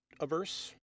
averse